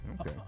okay